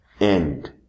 end